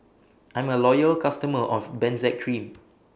I'm A Loyal customer of Benzac Cream